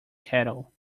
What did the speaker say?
cattle